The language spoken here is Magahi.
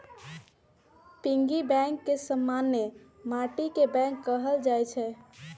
पिगी बैंक के समान्य माटिके बैंक कहल जाइ छइ